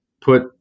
put